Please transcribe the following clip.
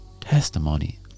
testimony